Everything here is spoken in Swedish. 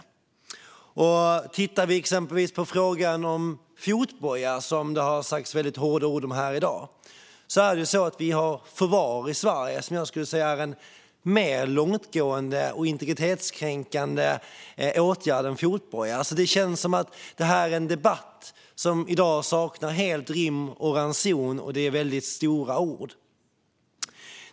När det gäller exempelvis frågan om fotboja, som det har sagts hårda ord om här i dag, har vi faktiskt förvar i Sverige som jag skulle säga är en mer långtgående och integritetskränkande åtgärd än fotboja. Det känns som att det här är en debatt som i dag helt saknar rim och reson. Det är väldigt stora ord.